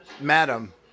Madam